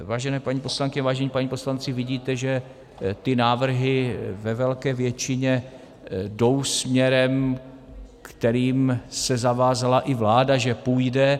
Vážené paní poslankyně, vážení páni poslanci, vidíte, že ty návrhy ve velké většině jdou směrem, kterým se zavázala i vláda, že půjde.